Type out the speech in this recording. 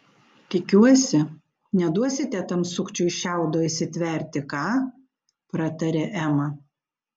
tikiuosi neduosite tam sukčiui šiaudo įsitverti ką pratarė ema